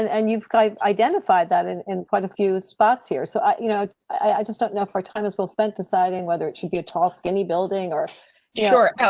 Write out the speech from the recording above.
and and you've kind of identified that in in quite a few spots here. so i you know i just don't know if our time is well spent deciding, whether it should be a tall, skinny building or sure.